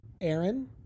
Aaron